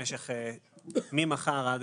עד